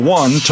one